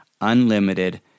unlimited